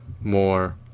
more